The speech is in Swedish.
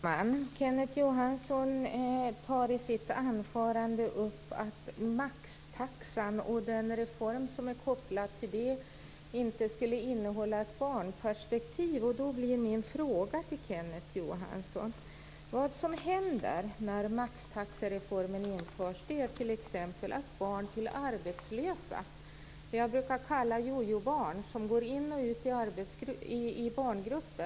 Herr talman! Kenneth Johansson tar i sitt anförande upp att maxtaxan och den reform som är kopplad till den inte skulle innehålla ett barnperspektiv. Då vill jag säga till Kenneth Johansson att det som händer när maxtaxereformen införs är att t.ex. barn till arbetslösa, det jag brukar kalla jojo-barn, som går in och ut ur barngruppen, får ha kvar sin plats.